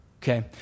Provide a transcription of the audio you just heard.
Okay